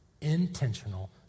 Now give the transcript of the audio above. intentional